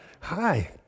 hi